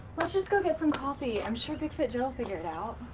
lets lets go get some coffee, i'm sure bigfoot joe will figure it out.